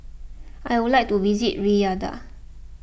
I would like to visit Riyadh